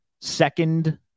second